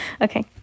Okay